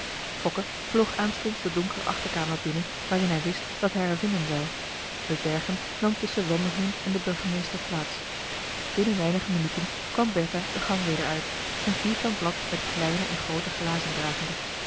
vloog aanstonds de donkere achterkamer binnen waarin hij wist dat hij haar vinden zou upbergen nam tusschen wandelheem en den burgemeester plaats binnen weinige minuten kwam bertha den gang weder uit een vierkant blad met kleine en groote glazen dragende